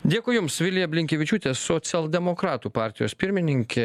dėkui jums vilija blinkevičiūtė socialdemokratų partijos pirmininkė